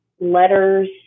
letters